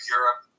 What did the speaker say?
Europe